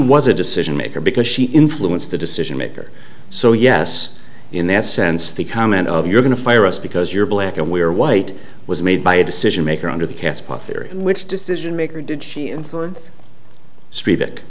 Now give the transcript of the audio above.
was a decision maker because she influenced the decision maker so yes in that sense the comment of you're going to fire us because you're black and we're white was made by a decision maker under the catspaw theory which decision maker did she influence s